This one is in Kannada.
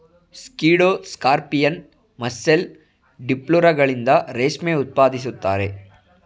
ಸ್ಕಿಡ್ಡೋ ಸ್ಕಾರ್ಪಿಯನ್, ಮಸ್ಸೆಲ್, ಡಿಪ್ಲುರಗಳಿಂದ ರೇಷ್ಮೆ ಉತ್ಪಾದಿಸುತ್ತಾರೆ